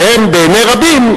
שהן בעיני רבים,